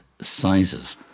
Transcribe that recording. sizes